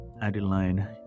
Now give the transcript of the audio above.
Adeline